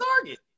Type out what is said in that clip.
Target